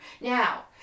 Now